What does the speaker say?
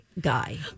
guy